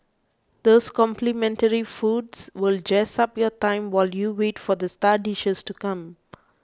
those complimentary foods will jazz up your time while you wait for the star dishes to come